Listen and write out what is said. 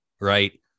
right